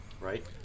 right